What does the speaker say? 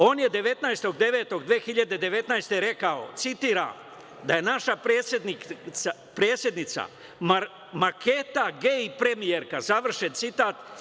On je 19. septembra 2019. godine rekao, citiram: „Da je naša predsednica maketa, gej-premijerka“, završen citat.